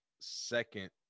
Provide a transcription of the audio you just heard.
second